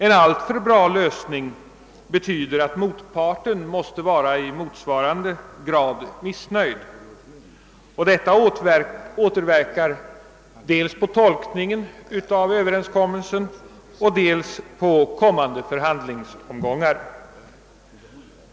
En alltför ensidigt god lösning betyder att motparten måste vara i motsvarande grad missnöjd, och detta återverkar naturligtvis dels på tolkningen av överenskommelsen, dels på kommande förhandlingsomgångar.